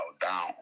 down